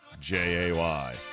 J-A-Y